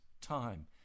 Time